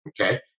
Okay